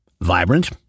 Vibrant